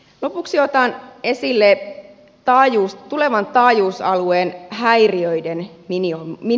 lopuksi otan esille tulevan taajuusalueen häiriöiden minimoimisen